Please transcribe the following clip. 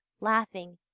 laughing